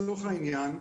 לא לעניין.